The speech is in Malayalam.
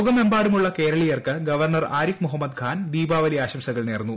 ലോകമെ മ്പാടുമുള്ള കേരളീയർക്ക് ഗവർണർ ആരിഫ് മുഹമ്മദ് ഖാൻ ദീപാവലി ആശംസകൾ നേർന്നു